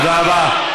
תודה רבה.